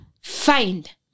find